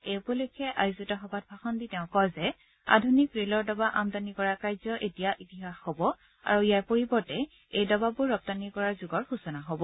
এই উপলক্ষে আয়োজিত সভাত ভাষণ দি তেওঁ কয় যে আধুনিক ৰেলৰ ডবা আমদানি কৰা কাৰ্য এতিয়া ইতিহাস হব আৰু ইয়াৰ পৰিৱৰ্তে এই ডবাবোৰ ৰপ্তানি কৰাৰ যুগৰ সূচনা হ'ব